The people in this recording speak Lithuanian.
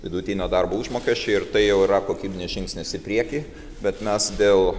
vidutinio darbo užmokesčiui ir tai jau yra kokybinis žingsnis į priekį bet mes dėl